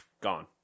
Gone